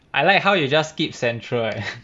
I like how you just skip central eh